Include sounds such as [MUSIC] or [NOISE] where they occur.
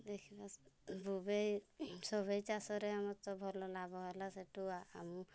ଦେଖିଲା ଆସୁ [UNINTELLIGIBLE] ସବାଇ ସବାଇ ଚାଷରେ ଆମର ତ ଭଲ ଲାଭ ହେଲା ସେଇଠୁ ଆମେ